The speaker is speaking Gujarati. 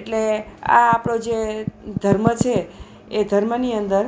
એટલે આ આપણો જે ધર્મ છે એ ધર્મની અંદર